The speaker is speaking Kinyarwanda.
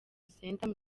center